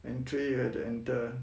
entry you have to enter